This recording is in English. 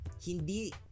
hindi